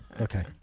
Okay